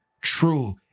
true